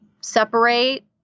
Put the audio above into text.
separate